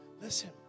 Listen